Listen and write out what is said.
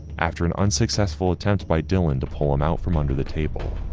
after an unsuccessful attempt by dylan to pull him out from under the table,